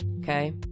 Okay